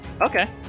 Okay